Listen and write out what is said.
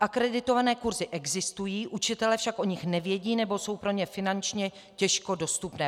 Akreditované kurzy existují, učitelé však o nich nevědí nebo jsou pro ně finančně těžko dostupné.